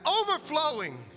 overflowing